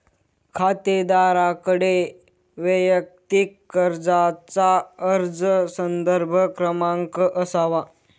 खातेदाराकडे वैयक्तिक कर्जाचा अर्ज संदर्भ क्रमांक असावा